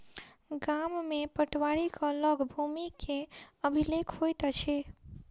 गाम में पटवारीक लग भूमि के अभिलेख होइत अछि